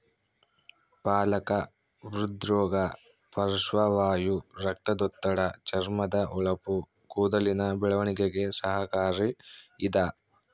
ಪಾಲಕ ಹೃದ್ರೋಗ ಪಾರ್ಶ್ವವಾಯು ರಕ್ತದೊತ್ತಡ ಚರ್ಮದ ಹೊಳಪು ಕೂದಲಿನ ಬೆಳವಣಿಗೆಗೆ ಸಹಕಾರಿ ಇದ